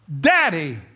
daddy